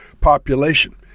population